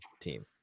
team